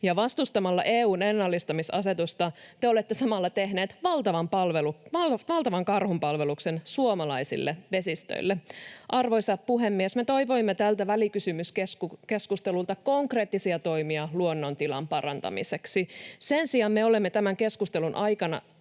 vastustamalla EU:n ennallistamisasetusta te olette samalla tehneet valtavan karhunpalveluksen suomalaisille vesistöille. Arvoisa puhemies! Me toivoimme tältä välikysymyskeskustelulta konkreettisia toimia luonnon tilan parantamiseksi. Sen sijaan me olemme tämän keskustelun aikana